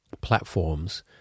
platforms